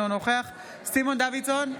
אינו נוכח סימון דוידסון,